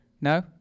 No